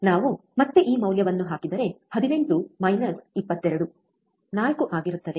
ನಾವು ಮತ್ತೆ ಈ ಮೌಲ್ಯವನ್ನು ಹಾಕಿದರೆ 18 ಮೈನಸ್ 22 4 ಆಗಿರುತ್ತದೆ